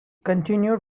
continued